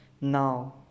Now